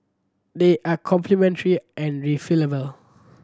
they are complementary and refillable